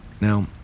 Now